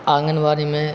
آنگن واڑی میں